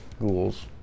ghouls